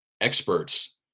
experts